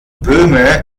böhme